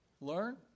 learn